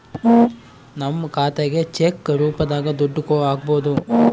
ನಮ್ ಖಾತೆಗೆ ಚೆಕ್ ರೂಪದಾಗ ದುಡ್ಡು ಹಕ್ಬೋದು